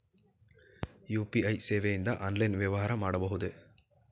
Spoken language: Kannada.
ಯು.ಪಿ.ಐ ಸೇವೆಯಿಂದ ಆನ್ಲೈನ್ ವ್ಯವಹಾರ ಮಾಡಬಹುದೇ?